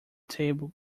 table